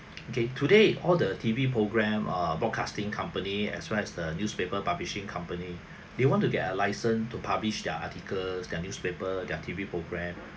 okay today all the T_V programme or broadcasting company as well as the newspaper publishing company they want to get a license to publish their articles their newspaper their T_V programme